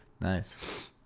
Nice